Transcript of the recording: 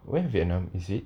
where vietnam is it